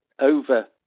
over